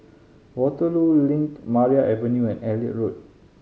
Waterloo Link Maria Avenue and Elliot Road